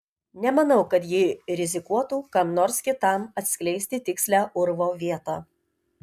nemanau kad ji rizikuotų kam nors kitam atskleisti tikslią urvo vietą